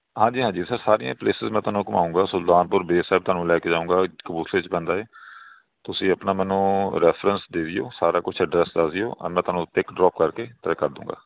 ਹਾਂਜੀ ਹਾਂਜੀ ਸਰ ਸਾਰੀਆਂ ਪਲੇਸਿਸ ਮੈਂ ਤੁਹਾਨੂੰ ਘਮਾਉਂਗਾ ਸੁਲਤਾਨਪੁਰ ਬੇਰ ਸਾਹਿਬ ਤੁਹਾਨੂੰ ਲੈ ਕੇ ਜਾਉਂਗਾ ਕਪੂਰਥਲੇ 'ਚ ਪੈਂਦਾ ਏ ਤੁਸੀਂ ਆਪਣਾ ਮੈਨੂੰ ਰੈਫਰੈਂਸ ਦੇ ਦਿਓ ਸਾਰਾ ਕੁਛ ਐਡਰੈਸ ਦੱਸ ਦਿਓ ਮੈਂ ਤੁਹਾਨੂੰ ਪਿਕ ਡਰੋਪ ਕਰਕੇ ਤੈਅ ਕਰਦੁੰਗਾ